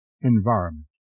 environment